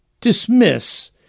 dismiss